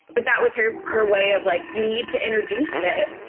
but that was her, her way of like, you need to introduce it.